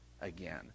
again